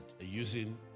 using